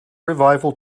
revival